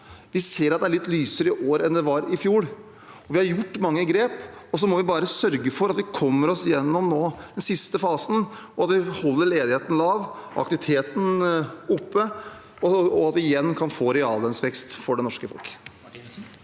Vi ser at det er litt lysere i år enn det var i fjor. Vi har gjort mange grep, og så må vi bare sørge for at vi kommer oss gjennom den siste fasen nå, at vi holder ledigheten lav, aktiviteten oppe, og at vi igjen kan få reallønnsvekst for det norske folk.